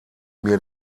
mir